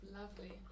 lovely